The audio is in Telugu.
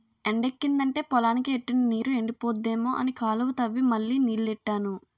ఎండెక్కిదంటే పొలానికి ఎట్టిన నీరు ఎండిపోద్దేమో అని కాలువ తవ్వి మళ్ళీ నీల్లెట్టాను